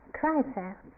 crisis